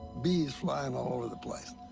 bees flying all over the place,